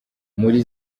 muri